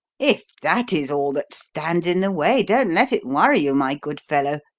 if that is all that stands in the way, don't let it worry you, my good fellow,